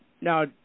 now